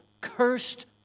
cursed